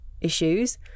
issues